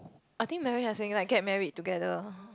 I think Marry has saying like get married together